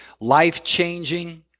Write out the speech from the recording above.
life-changing